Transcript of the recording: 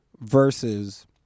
versus